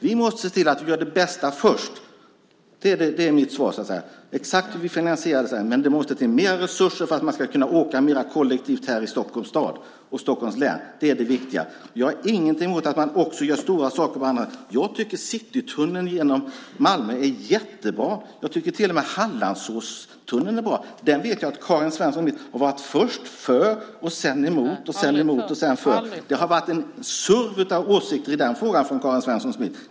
Vi måste se till att vi gör det bästa först. Det är mitt svar. Det handlar inte om exakt hur vi finansierar det, men det måste till mer resurser för att man ska kunna åka mer kollektivt här i Stockholms stad och Stockholms län. Det är det viktiga. Jag har inget emot att man också gör stora saker på annat håll. Jag tycker att Citytunneln genom Malmö är jättebra. Jag tycker till och med att Hallandsåstunneln är bra. Den vet jag att Karin Svensson Smith först har varit för, sedan emot, och sedan för. Det har varit ett surr av åsikter i den frågan från Karin Svensson Smith.